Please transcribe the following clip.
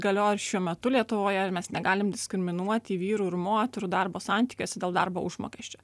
galioja ir šiuo metu lietuvoje mes negalim diskriminuoti vyrų ir moterų darbo santykiuose dėl darbo užmokesčio